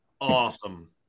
awesome